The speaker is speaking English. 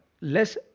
less